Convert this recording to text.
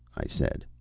i said.